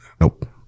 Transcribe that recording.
Nope